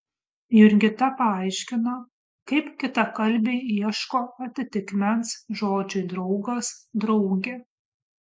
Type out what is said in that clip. jurgita paaiškino kaip kitakalbiai ieško atitikmens žodžiui draugas draugė